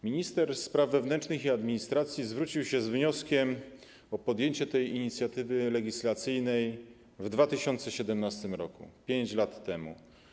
Minister spraw wewnętrznych i administracji zwrócił się z wnioskiem o podjęcie tej inicjatywy legislacyjnej w 2017 r. - 5 lat temu.